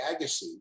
Agassi